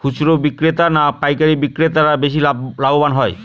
খুচরো বিক্রেতা না পাইকারী বিক্রেতারা বেশি লাভবান হয়?